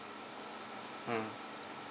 mm